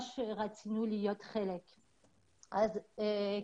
רצינו להיות חלק מהמדינה.